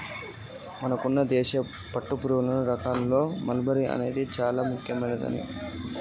మనకున్న దేశీయ పట్టుపురుగుల రకాల్లో మల్బరీ అనేది చానా ముఖ్యమైనది